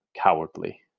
cowardly